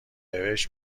بهشت